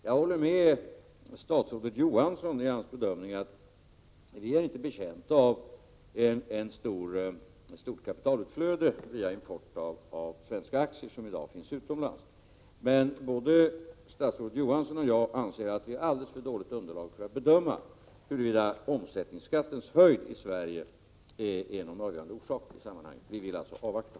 Jag håller med statsrådet Johansson i hans bedömning att vi inte är betjänta av ett stort kapitalutflöde via import av svenska aktier som i dag finns utomlands. Men både statsrådet Johansson och jag anser att vi har ett alldeles för dåligt underlag för att bedöma huruvida omsättningsskattens höjd i Sverige är en möjlig orsak i sammanhanget. Vi vill alltså avvakta.